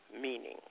meaning